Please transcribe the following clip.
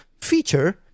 feature